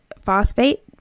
phosphate